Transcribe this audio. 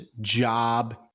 job